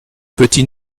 petit